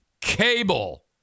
cable